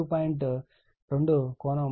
2 కోణం 83